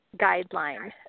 guideline